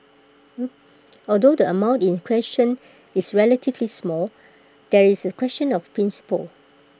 although the amount in question is relatively small there is A question of principle